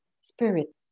spirit